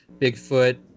Bigfoot